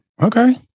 Okay